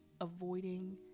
avoiding